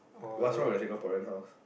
what's wrong with Singaporean house